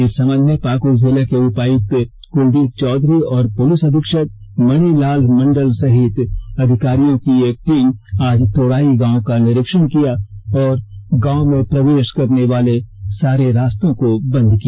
इस संबंध में पाकड़ जिले के उपायुक्त कुलदीप चौधरी और पुलिस अधीक्षक मणिलाल मंडल सहित अधिकारियों की एक टीम आज तोड़ाई गांव का निरीक्षण किया और गांव में प्रवेष करने वाले सारे रास्तों को बंद किया